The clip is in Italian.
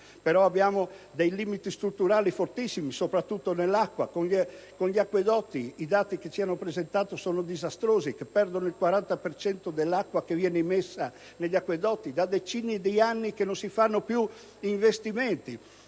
però abbiamo dei limiti strutturali fortissimi, soprattutto con gli acquedotti. I dati che ci hanno presentato sono disastrosi: perdono il 40 per cento dell'acqua immessa negli acquedotti. Da decine di anni non si fanno più investimenti: